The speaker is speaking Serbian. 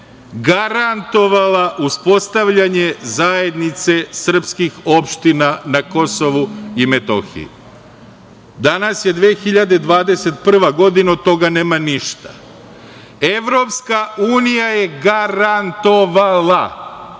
garantovala uspostavljanje Zajednice srpskih opština na KiM? Danas je 2021. godina i od toga nema ništa. Evropska unija je garantovala,